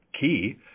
key